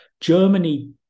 germany